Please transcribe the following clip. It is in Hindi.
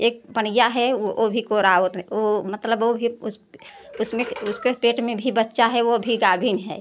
एक पड़िया है वो भी कोराउर है ओ मतलब वो भी उसमें के उसके पेट में भी बच्चा है वो भी गाभिन है